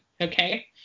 Okay